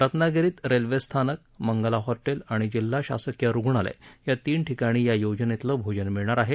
रत्नागिरीत रेल्वेस्थानक मंगला हॉटेल आणि जिल्हा शासकीय रुग्णालय या तीन ठिकाणी या योजनेतलं भोजन मिळणार आहे